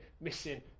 missing